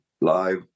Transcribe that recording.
live